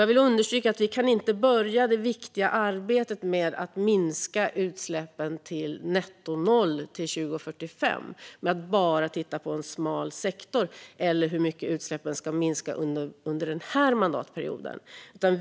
Jag vill understryka att vi inte kan börja det viktiga arbetet med att minska utsläppen till nettonoll till 2045 genom att bara titta på en smal sektor eller på hur mycket utsläppen ska minska under den här mandatperioden.